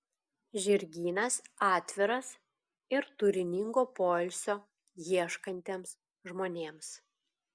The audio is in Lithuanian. žirgynas atviras ir turiningo poilsio ieškantiems žmonėms